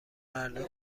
مردا